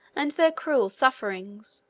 and their cruel sufferings,